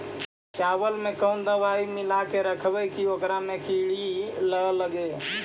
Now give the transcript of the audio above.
चावल में कोन दबाइ मिला के रखबै कि ओकरा में किड़ी ल लगे?